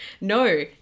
No